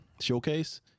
Showcase